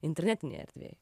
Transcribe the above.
internetinėj erdvėj